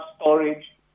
storage